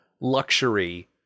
luxury